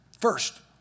first